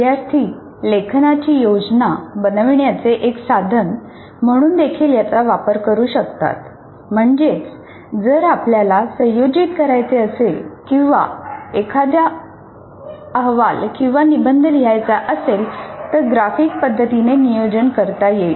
विद्यार्थी लेखनाची योजना बनविण्याचे एक साधन म्हणून देखील याचा वापर करू शकतात म्हणजेच जर आपल्याला संयोजित करायचे असेल किंवा एखादा अहवाल किंवा निबंध लिहायचा असेल तर ग्राफिक पद्धतीने नियोजन करता येईल